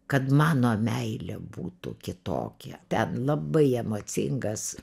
kad mano meilė būtų kitokia ten labai emocingas